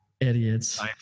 idiots